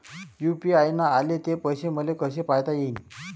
UPI न आले ते पैसे मले कसे पायता येईन?